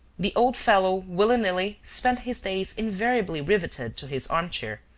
the old fellow, willy-nilly, spent his days invariably riveted to his armchair,